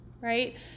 Right